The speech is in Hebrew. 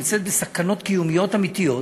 שנמצאת בסכנות קיומיות אמיתיות,